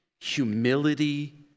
humility